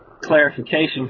clarification